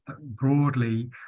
broadly